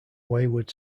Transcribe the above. wayward